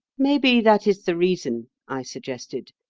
maybe that is the reason, i suggested,